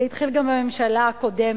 זה התחיל גם בממשלה הקודמת.